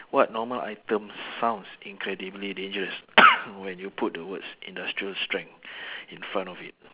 what normal item sounds incredibly dangerous when you put the words industrial strength in front of it